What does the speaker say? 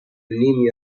نیمی